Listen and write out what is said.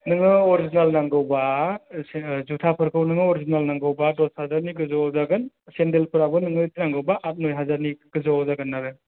नोङो अरिजिनेल नांगौबा जुथाफोरखौ नोंनो अरिजिनेल नांगौबा दस हाजारनि गोजौआव जागोन सेन्देलफोराबो नोंनो नांगौबा आद नय हाजारनि गोजौआव जागोन आरो